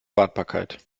wartbarkeit